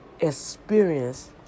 experience